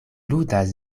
ludas